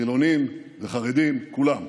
חילונים וחרדים, כולם.